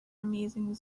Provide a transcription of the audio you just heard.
amazing